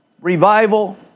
revival